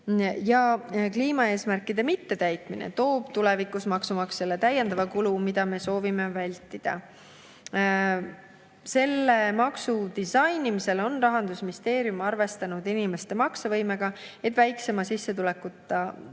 Kliimaeesmärkide mittetäitmine toob tulevikus maksumaksjale täiendava kulu, mida me soovime vältida. Selle maksu disainimisel on Rahandusministeerium arvestanud inimeste maksevõimega, et väiksema sissetulekuga inimeste